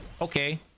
okay